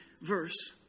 verse